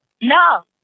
No